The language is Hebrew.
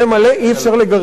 אי-אפשר לגרש אותם,